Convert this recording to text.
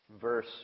verse